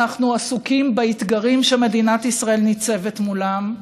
אנחנו עסוקים באתגרים שמדינת ישראל ניצבת מולם.